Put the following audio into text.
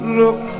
look